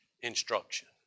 instruction